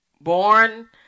born